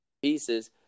Pieces